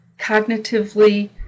cognitively